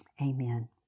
Amen